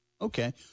Okay